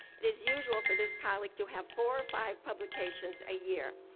it is usual for this colleague to have four or five publications a year.